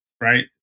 right